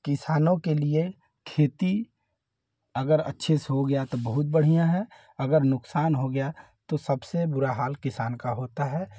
किसानों के लिए खेती अगर अच्छे से हो गया तो बहुत बढ़िया है अगर नुकसान हो गया तो सबसे बुरा हाल किसान का होता है